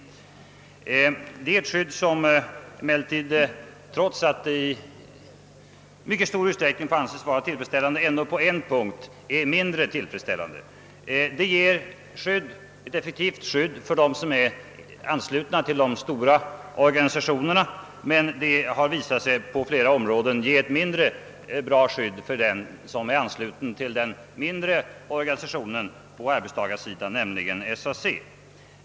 Det är ett skydd som emellertid — trots att det i mycket stor utsträckning får anses vara tillfredsställande — ändå på en punkt är mindre tillfredsställande. Det ger ett effektivt skydd för dem som är anslutna till de stora organisationerna, men det har på flera områden visat sig ge ett mindre bra skydd för den som är ansluten till den mindre organisationen på arbetstagarsidan, nämligen SAC.